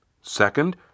Second